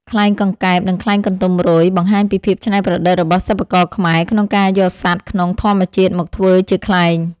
ខ្លែងកង្កែប និងខ្លែងកន្ទុំរុយ បង្ហាញពីភាពច្នៃប្រឌិតរបស់សិប្បករខ្មែរក្នុងការយកសត្វក្នុងធម្មជាតិមកធ្វើជាខ្លែង។